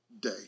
day